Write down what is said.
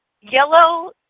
yellow